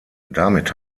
damit